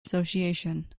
association